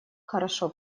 хорошо